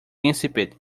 insipid